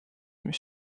mis